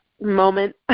moment